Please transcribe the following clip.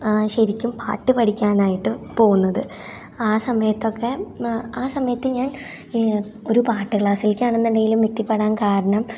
ശരിക്കും പാട്ട് പഠിക്കാനായിട്ട് പോവുന്നത് ആ സമയെത്തൊക്കെ ആ സമയത്ത് ഞാൻ ഒരു പാട്ട് ക്ലാസിലേക്ക് ആണെന്നുണ്ടെങ്കിലും എത്തിപ്പെടാൻ കാരണം